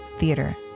theater